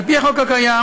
על-פי החוק הקיים,